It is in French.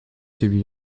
celui